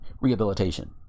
rehabilitation